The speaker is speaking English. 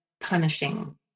punishing